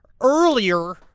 earlier